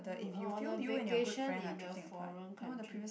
you're on a vacation in the foreign country